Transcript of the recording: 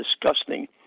disgusting